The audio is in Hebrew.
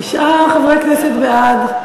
תשעה חברי כנסת בעד,